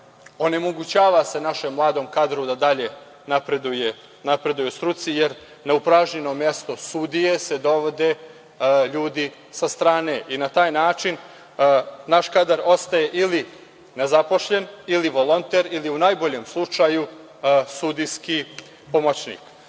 onemogućava se našem mladom kadru da dalje napreduje u struci, jer na upražnjeno mesto sudije se dovode ljudi sa strane i na taj način naš kadar ostaje ili nezaposlen, ili volonter, ili u najboljem slučaju sudijski pomoćnik.